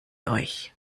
euch